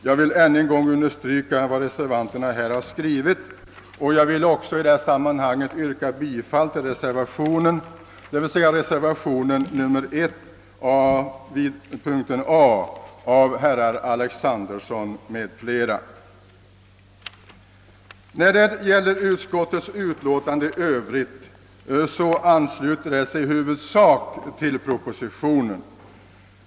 Jag vill ännu en gång understryka vad reservanterna här skrivit och vill också i detta sammanhang yrka bifall till reservationen I vid punkten A i utskottets hemställan av herr Alexanderson m.fl. Utskottets utlåtande i övrigt ansluter sig som sagt i huvudsak till propositionen.